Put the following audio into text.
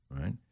right